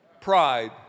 pride